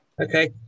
okay